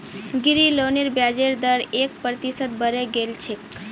गृह लोनेर ब्याजेर दर एक प्रतिशत बढ़े गेल छेक